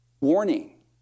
Warning